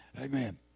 Amen